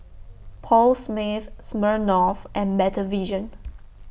Paul Smith Smirnoff and Better Vision